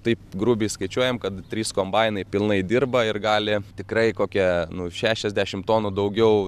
taip grubiai skaičiuojam kad trys kombainai pilnai dirba ir gali tikrai kokie nu šešiasdešimt tonų daugiau